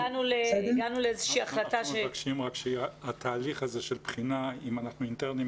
הגענו לאיזו שהיא --- אנחנו מבקשים שהתהליך של בחינה אם אנחנו אינטרניים